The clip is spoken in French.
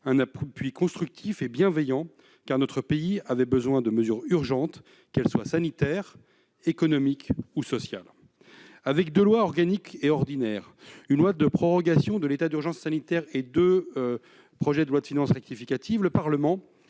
un appui constructif et bienveillant, car notre pays avait besoin de mesures urgentes, qu'elles soient sanitaires, économiques ou sociales. Avec deux lois, une organique et une ordinaire, une loi de prorogation de l'état d'urgence sanitaire et deux lois de finances rectificatives, le Parlement